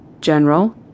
General